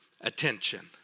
attention